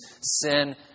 sin